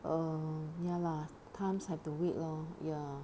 err ya lah times have to wait lor ya